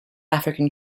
african